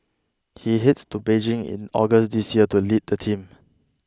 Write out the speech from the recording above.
he heads to Beijing in August this year to lead the team